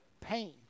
pain